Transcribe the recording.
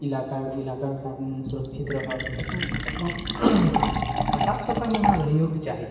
इलाका इलाका साफ सुरक्षित रहत अपन अपन आओर साफ सफाइमे ओना रहैयोके चाही